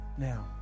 Now